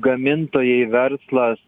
gamintojai verslas